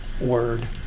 word